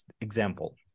example